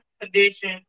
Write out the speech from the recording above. condition